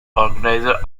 organizers